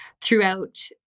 throughout